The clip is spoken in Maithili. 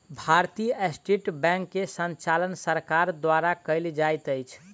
भारतीय स्टेट बैंक के संचालन सरकार द्वारा कयल जाइत अछि